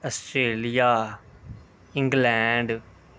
Australia England